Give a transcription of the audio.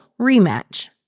rematch